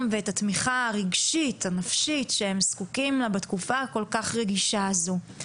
ואת התמיכה הרגשית הנפשית שהם זקוקים לה בתקופה הרגישה הזאת.